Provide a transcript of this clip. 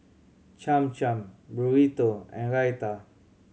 Cham Cham Burrito and Raita